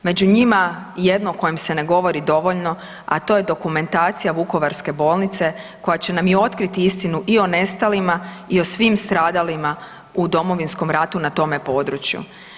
Među njima je jedno o kojem se ne govori dovoljno, a to je dokumentacija Vukovarske bolnice koja će nam i otkriti istinu i o nestalima i o svim stradalima u Domovinskom ratu na tome području.